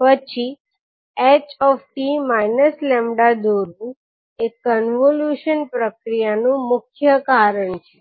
પછી ℎ 𝑡 𝜆 દોરવું એ કન્વોલ્યુશન પ્રક્રિયાનુ મુખ્ય છે